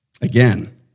Again